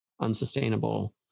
unsustainable